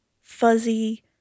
fuzzy